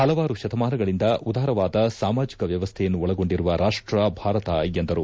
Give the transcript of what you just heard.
ಪಲವಾರು ಶತಮಾನಗಳಿಂದ ಉದಾರವಾದ ಸಾಮಾಜಿಕ ವ್ಯವಸ್ಥೆಯನ್ನು ಒಳಗೊಂಡಿರುವ ರಾಷ್ಟ ಭಾರತ ಎಂದರು